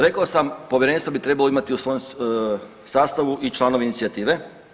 Rekao sam povjerenstvo bi trebalo imati u svom sastavu i članove inicijative.